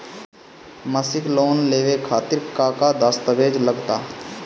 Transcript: मसीक लोन लेवे खातिर का का दास्तावेज लग ता?